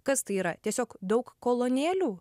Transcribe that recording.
kas tai yra tiesiog daug kolonėlių